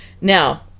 Now